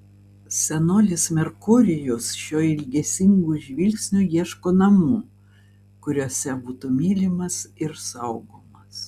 senolis merkurijus šiuo ilgesingu žvilgsniu ieško namų kuriuose būtų mylimas ir saugomas